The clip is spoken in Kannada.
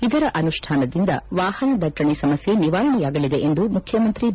ಇದರ ಅನುಷ್ಟಾನದಿಂದ ವಾಹನ ದಟ್ಟಣೆ ಸಮಸ್ಥೆ ನಿವಾರಣೆಯಾಗಲಿದೆ ಎಂದು ಮುಖ್ಚುಮಂತ್ರಿ ಬಿ